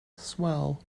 swell